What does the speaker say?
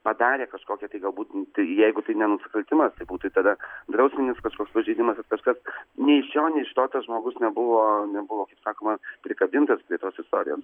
padarę kažkokį tai galbūt jeigu tai ne nusikaltimas tai būtų tada drausminis kažkoks pažeidimas ar kažkas nei iš šio nei iš to tas žmogus nebuvo nebuvo sakoma prikabintas prie tos istorijos